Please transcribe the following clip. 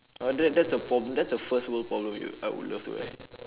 ah that that's a problem that's a first world problem you I would love to have